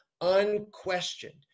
unquestioned